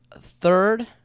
third